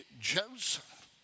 Joseph